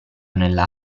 nella